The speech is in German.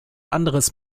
anderes